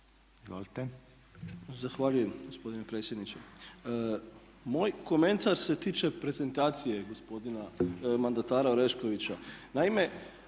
Zahvaljujem gospodine predsjedniče. Moj komentar se tiče prezentacije gospodina mandatara Oreškovića. Naime,